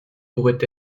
pourrait